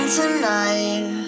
tonight